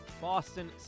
Boston